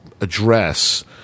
address